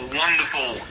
wonderful